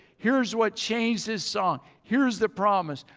here's what changed his song. here's the promise,